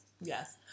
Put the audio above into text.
yes